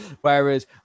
whereas